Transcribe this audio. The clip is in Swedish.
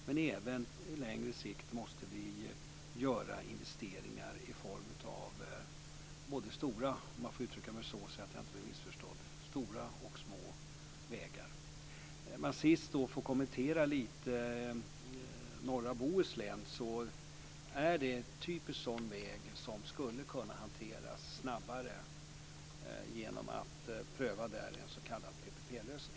Men på längre sikt måste vi även göra investeringar i form av stora och små vägar, om jag kan uttrycka mig så utan att bli missförstådd. Låt mig till sist kommentera norra Bohuslän. Den vägen är en typisk sådan väg som skulle kunna hanteras snabbare genom att pröva en s.k. PPP-lösning.